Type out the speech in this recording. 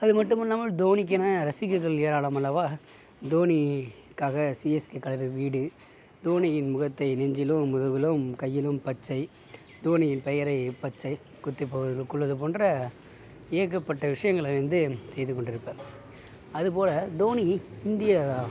அது மட்டும் இன்னாமல் டோனிக்கின்னு ரசிகர்கள் ஏராளம் அல்லவா தோனிகாக சிஎஸ்கே கலரு வீடு தோனியின் முகத்தை நெஞ்சிலும் முதுகிலும் கையிலும் பச்சை தோனியின் பெயரை பச்சை குத்தி கொள்வது போன்ற ஏகப்பட்ட விஷயங்களை வந்து செய்து கொண்டிருப்பர் அது போல் தோனி இந்தியா